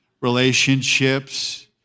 relationships